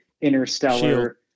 interstellar